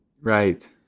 Right